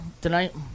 tonight